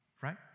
Right